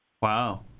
wow